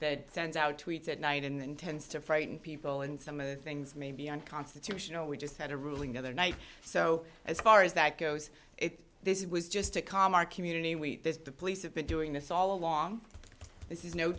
that sends out tweets at night and tends to frighten people and some of the things may be unconstitutional we just had a ruling the other night so as far as that goes if this was just to calm our community we the police have been doing this all along this is no